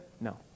No